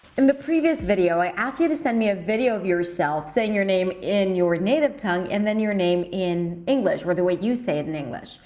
and the previous video, i asked you to send me a video of yourself saying your name in your native tongue and then your name in english or the way you say it in english.